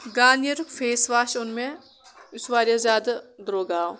گارنِیرُک face wash اوٚن مےٚ یُس واریاہ زیادٕ دروٚگ آو